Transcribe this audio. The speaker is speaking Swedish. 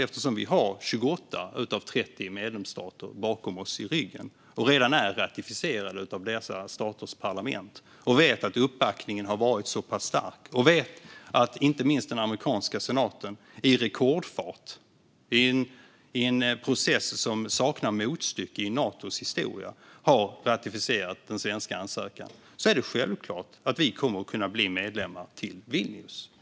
Eftersom vi har 28 av 30 medlemsstater i ryggen, redan är ratificerade av dessa staters parlament, vet att uppbackningen har varit så pass stark och inte minst vet att den amerikanska senaten i rekordfart, i en process som saknar motstycke i Natos historia, har ratificerat den svenska ansökan är det självklart att vi kommer att kunna bli medlemmar till Vilniusmötet.